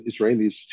Israelis